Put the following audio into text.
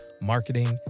marketing